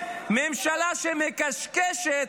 ממשלה שמקשקשת,